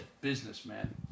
Businessman